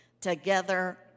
together